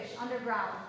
underground